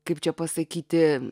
kaip čia pasakyti